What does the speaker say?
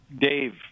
Dave